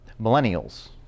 millennials